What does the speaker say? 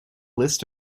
list